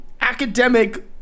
academic